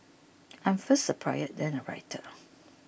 I am first a poet then a writer